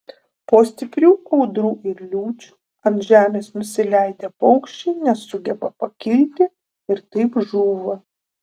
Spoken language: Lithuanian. po stiprių audrų ir liūčių ant žemės nusileidę paukščiai nesugeba pakilti ir taip žūva